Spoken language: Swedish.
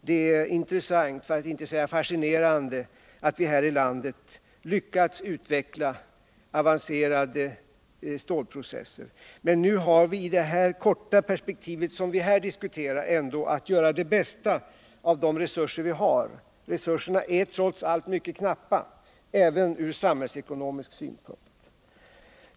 Det är intressant, för att inte säga fascinerande, att vi här i landet lyckats utveckla avancerade stålprocesser, men vi har i det korta perspektiv som vi här diskuterar ändå att göra det bästa av de resurser vi har. Resurserna är trots allt mycket knappa, även ur samhällsekonomisk synpunkt.